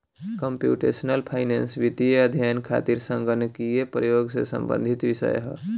computational finance वित्तीय अध्ययन खातिर संगणकीय प्रयोग से संबंधित विषय ह